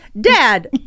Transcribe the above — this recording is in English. dad